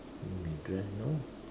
you mean dress no